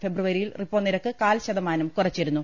ഫെബ്രുവരിയിൽ റിപ്പോനിരക്ക് കാൽശതമാനം കുറ ച്ചിരുന്നു